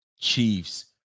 chiefs